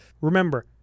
remember